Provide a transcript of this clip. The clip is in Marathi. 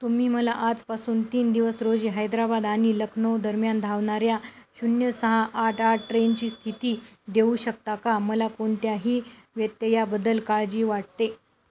तुम्ही मला आजपासून तीन दिवस रोजी हैद्राबाद आणि लखनऊ दरम्यान धावणाऱ्या शून्य सहा आठ आठ ट्रेनची स्थिती देऊ शकता का मला कोणत्याही व्यत्ययाबद्दल काळजी वाटते